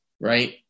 right